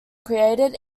created